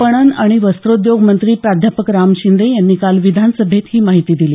पणन आणि वस्त्रोद्योग मंत्री प्राध्यापक राम शिंदे यांनी काल विधानसभेत ही माहिती दिली